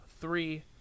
Three